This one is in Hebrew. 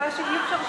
יוצא.